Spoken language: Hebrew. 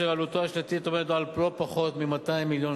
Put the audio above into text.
אשר עלותו השנתית עומדת על לא פחות מ-200 מיליון